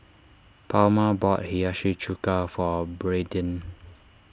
Palma bought Hiyashi Chuka for Braeden